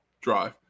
drive